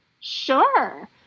Sure